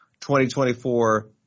2024